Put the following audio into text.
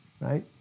right